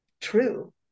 true